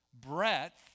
breadth